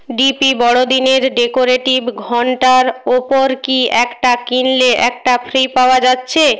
D P বড়দিনের decorative ঘণ্টার ওপর কি একটা কিনলে একটা ফ্রি পাওয়া যাচ্ছে